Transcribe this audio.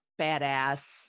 badass